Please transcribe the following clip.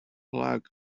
plug